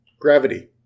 gravity